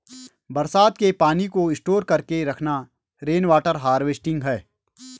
बरसात के पानी को स्टोर करके रखना रेनवॉटर हारवेस्टिंग है